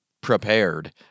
prepared